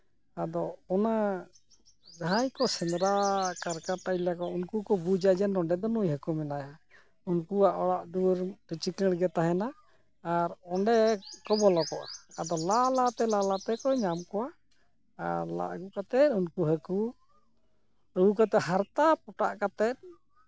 ᱟᱫᱚ ᱚᱱᱟ ᱡᱟᱦᱟᱸᱭ ᱠᱚ ᱥᱮᱸᱫᱽᱨᱟ ᱠᱟᱨᱠᱟ ᱴᱟᱭᱞᱤ ᱩᱱᱠᱩ ᱠᱚ ᱵᱩᱡᱟ ᱡᱮ ᱱᱚᱰᱮ ᱫᱚ ᱱᱩᱭ ᱦᱟᱠᱩ ᱢᱮᱱᱟᱭᱟ ᱩᱱᱠᱩᱣᱟᱜ ᱚᱲᱟᱜ ᱫᱩᱣᱟᱹᱨ ᱪᱤᱠᱟᱹᱬ ᱜᱮ ᱛᱟᱦᱮᱱᱟ ᱟᱨ ᱚᱸᱰᱮ ᱠᱚ ᱵᱚᱞᱚ ᱠᱚᱜᱼᱟ ᱟᱫᱚ ᱞᱟ ᱞᱟ ᱞᱟ ᱛᱮᱠᱚ ᱧᱟᱢ ᱠᱚᱣᱟ ᱟᱨ ᱞᱟ ᱟᱹᱜᱩ ᱠᱟᱛᱮ ᱩᱱᱠᱩ ᱦᱟᱹᱠᱩ ᱟᱹᱜᱩ ᱠᱟᱛᱮ ᱦᱟᱨᱛᱟ ᱯᱚᱴᱟᱜ ᱠᱟᱛᱮ